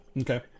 okay